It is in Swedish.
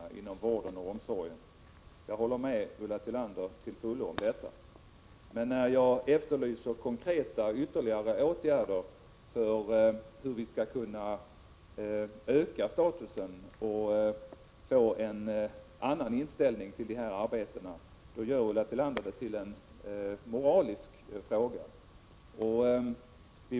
Inom landstingen pågår många olika aktiviteter för att försöka intressera ungdomarna att välja ett vårdyrke. Landstingsförbundet bedriver därtill ett särskilt rekryteringsprojekt.